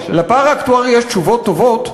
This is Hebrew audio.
לפער האקטוארי יש תשובות טובות,